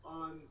on